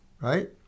right